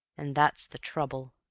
and that's the trouble.